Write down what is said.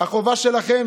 החובה שלכם.